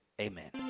Amen